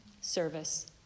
service